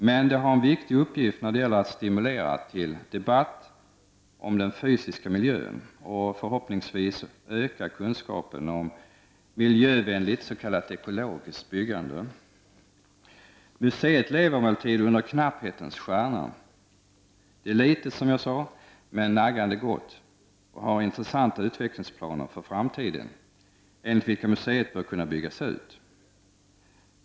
Det har dock en viktig uppgift när det gäller att stimulera till debatt om den fysiska miljön och förhoppningsvis öka kunskapen om miljövänligt s.k. ekologiskt byggande. Museet lever emellertid under knapphetens stjärna. Museet är som sagt litet, men naggande gott och har intressanta utvecklingsplaner för framtiden, enligt vilka museet bör kunna byggas ut.